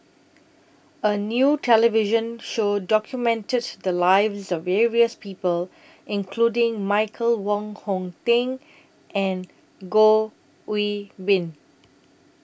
A New television Show documented The Lives of various People including Michael Wong Hong Teng and Goh Qiu Bin